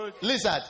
Lizard